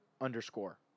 underscore